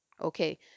okay